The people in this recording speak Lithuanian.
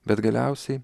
bet galiausiai